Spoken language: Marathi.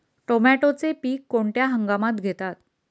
टोमॅटोचे पीक कोणत्या हंगामात घेतात?